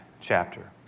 chapter